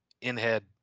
in-head